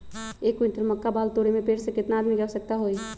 एक क्विंटल मक्का बाल तोरे में पेड़ से केतना आदमी के आवश्कता होई?